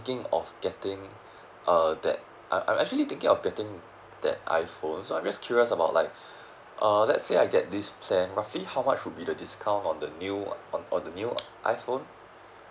of getting err that uh I I'm actually thinking of the getting that I phone so I'm just curious about like uh let's say I get this plan roughly how much would be the discount on the new on on the new iPhone